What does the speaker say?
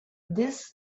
this